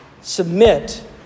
Submit